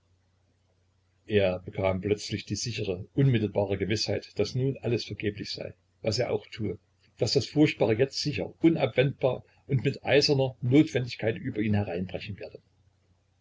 er bekam plötzlich die sichere unmittelbare gewißheit daß nun alles vergeblich sei was er auch tue daß das furchtbare jetzt sicher unabwendbar mit eiserner notwendigkeit über ihn hereinbrechen werde